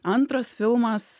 antras filmas